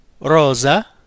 Rosa